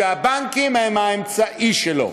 והבנקים הם האמצעי שלו.